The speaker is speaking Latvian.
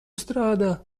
strādā